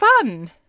fun